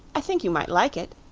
i think you might like it.